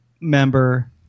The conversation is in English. member